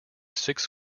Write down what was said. six